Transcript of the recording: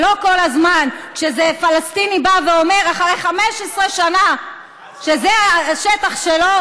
ולא כל הזמן שאיזה פלסטיני בא ואומר אחרי 15 שנה שזה השטח שלו,